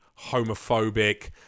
homophobic